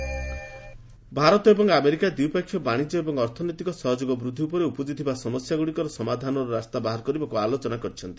US India trade Bharat ଏବଂ America ଦ୍ୱିପକ୍ଷୀୟ ବାଶିଜ୍ୟ ଏବଂ ଅର୍ଥନୈତିକ ସହଯୋଗ ବୃଦ୍ଧି ଦିଗରେ ଉପୁଜିଥିବା ସମସ୍ୟାଗୁଡ଼ିକର ସମାଧାନର ରାସ୍ତା ବାହାର କରିବାକୁ ଆଲୋଚନା କରିଛନ୍ତି